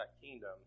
kingdom